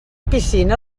piscina